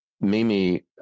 Mimi